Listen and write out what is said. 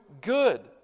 good